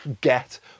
get